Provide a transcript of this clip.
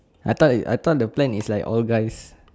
I thought I thought the plan is like all guys